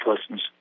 lessons